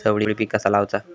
चवळी पीक कसा लावचा?